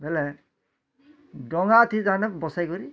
ବେଲେ ଡ଼ଙ୍ଗା ତି ତାନେ ବସେଇ କରି